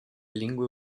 lingue